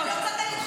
למה את מסתכלת עליי?